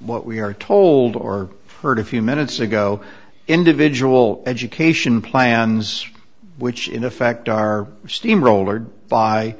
what we are told or heard a few minutes ago individual education plans which in effect are steamrollered by